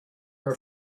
are